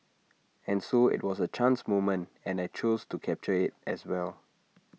and so IT was A chance moment and I chose to capture IT as well